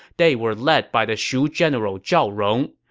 they were led by the shu general zhao rong.